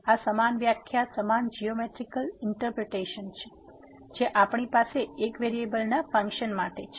તેથી આ સમાન વ્યાખ્યા સમાન જીયોમેટ્રીકલ ઇન્ટરપ્રિટેશન છે જે આપણી પાસે એક વેરીએબલના ફંક્શન માટે છે